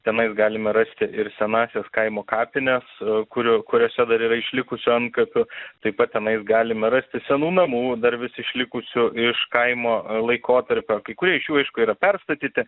tenais galima rasti ir senąsias kaimo kapines kuriu kuriose dar yra išlikusių antkapių tai pat tenais galima rasti senų namų dar vis išlikusių iš kaimo laikotarpio kai kurie iš jų aišku yra perstatyti